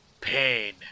pain